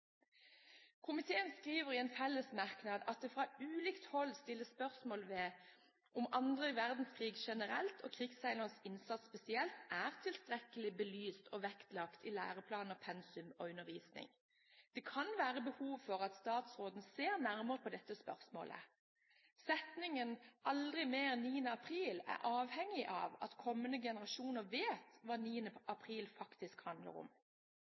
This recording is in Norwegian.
Komiteen skriver i en felles merknad at «det fra ulikt hold stilles spørsmål ved om andre verdenskrig generelt og krigsseilernes innsats spesielt er tilstrekkelig belyst og vektlagt i læreplaner, pensum og undervisning.» Det kan være behov for at statsråden ser nærmere på dette spørsmålet. Setningen «aldri mer 9. april» er avhengig av at kommende generasjoner vet hva 9. april faktisk handler om.